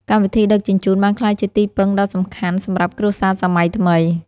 កម្មវិធីដឹកជញ្ជូន បានក្លាយជាទីពឹងដ៏សំខាន់សម្រាប់គ្រួសារសម័យថ្មី។